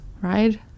right